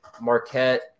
Marquette